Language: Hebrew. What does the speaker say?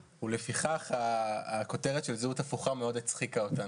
ולפיכך הכותרת של זהות הפוכה מאוד הצחיקה אותנו.